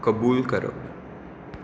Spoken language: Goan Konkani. कबूल करप